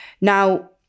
Now